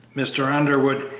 mr. underwood,